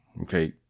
okay